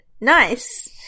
Nice